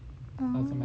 oh